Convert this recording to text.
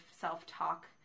self-talk